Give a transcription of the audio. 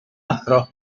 athro